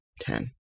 ten